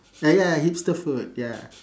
uh ya hipster food ya